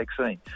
vaccine